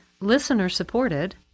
listener-supported